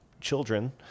children